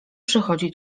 przychodzi